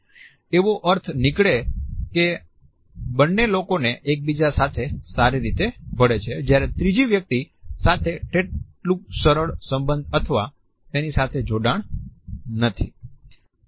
એવો અર્થ નીકળે છે કે બંને લોકોને એકબીજા સાથે સારી રીતે ભળે છે જ્યારે ત્રીજી વ્યક્તિ સાથે તેટલું સરળ સંબંધ અથવા તેની સાથે જોડાણ નથી